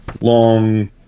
long